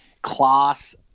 class